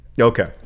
Okay